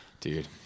Dude